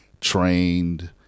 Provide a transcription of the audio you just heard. trained